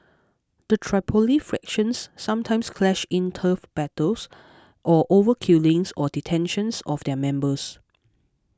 the Tripoli factions sometimes clash in turf battles or over killings or detentions of their members